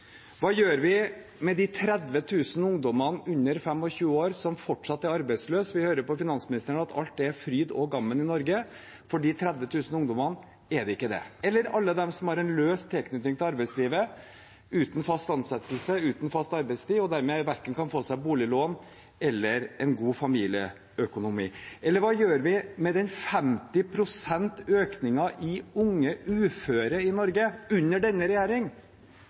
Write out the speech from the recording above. Hva gjør vi med de 30 000 ungdommene under 25 år som fortsatt er arbeidsløse? Vi hører på finansministeren at alt er fryd og gammen i Norge. For de 30 000 ungdommene er det ikke det. Hva gjør vi med alle dem som har en løs tilknytning til arbeidslivet – uten fast ansettelse, uten fast arbeidstid – og dermed verken kan få seg boliglån eller en god familieøkonomi? Hva gjør vi med 50 pst.-økningen i unge uføre i Norge under denne